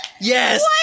Yes